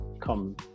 come